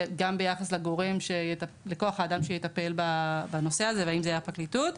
וגם ביחס לגורם שיטפל בנושא הזה האם זה הפרקליטות.